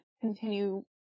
continue